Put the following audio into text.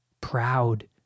proud